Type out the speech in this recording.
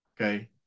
Okay